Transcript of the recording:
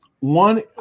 One